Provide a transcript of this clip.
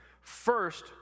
first